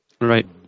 Right